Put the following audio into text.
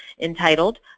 entitled